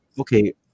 okay